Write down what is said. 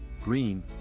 green